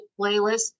playlist